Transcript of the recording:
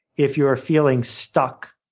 if you are feeling stuck,